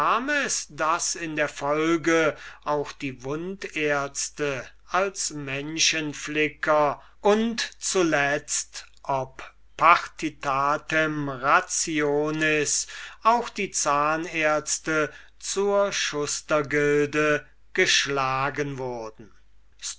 daß in der folge die wundärzte als menschenflicker und somit ob paritatem rationis alle arten von ärzten zu dieser zunft geschlagen wurden